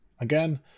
Again